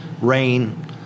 rain